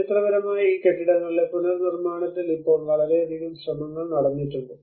ചരിത്രപരമായ ഈ കെട്ടിടങ്ങളുടെ പുനർനിർമ്മാണത്തിൽ ഇപ്പോൾ വളരെയധികം ശ്രമങ്ങൾ നടന്നിട്ടുണ്ട്